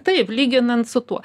taip lyginant su tuo